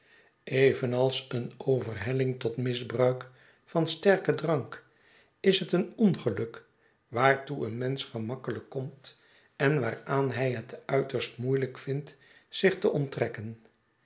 evenals een overhelling tot misbruik van sterken drank is het een ongeluk waartoe een mensch gemakkelijk komt en waaraan hij het uiterst moeielijk vindt zich te onttrekken